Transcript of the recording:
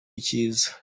icyiza